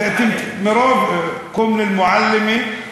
(אומר דברים בשפה הערבית,